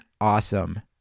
Awesome